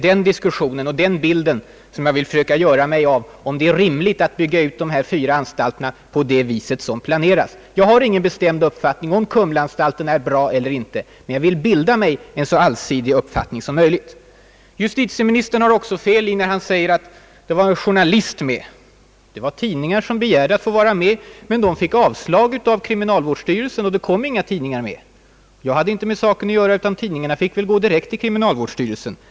Vad jag nu vill försöka få en bild av är om det är rimligt att bygga ut ifrågavarande fyra anstalter på det sätt som planerats. Jag har för närvarande ingen bestämd uppfattning om kumlaanstalten är bra eller inte, men jag vill bilda mig en så allsidig uppfattning härom som möjligt. Justitieministern har också fel när han säger, att det var en journalist med. Det var tidningar som begärde att få ha en representant med, men de fick avslag av kriminalvårdsstyrelsen, så det kom inga tidningsmän med. Jag hade inte med den saken att göra — tidningarna fick gå direkt till kriminalvårdsstyrelsen.